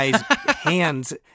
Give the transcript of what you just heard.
hands